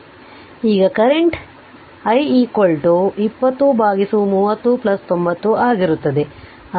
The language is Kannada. ಆದ್ದರಿಂದ ಆಗ ಕರೆಂಟ್ ಏನು i 2030 90 ಆಗಿರುತ್ತದೆ